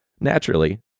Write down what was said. naturally